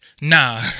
nah